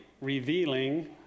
revealing